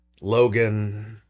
Logan